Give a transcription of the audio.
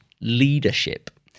leadership